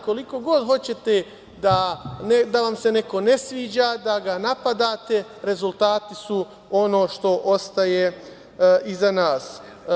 Koliko god hoćete da vam se neko ne sviđa, da ga napadate, rezultati su ono što ostaje iza nas.